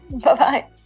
Bye-bye